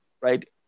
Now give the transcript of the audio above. right